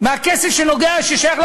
אבל אני עדיין טוען, וכפי שאתה יודע,